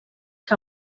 que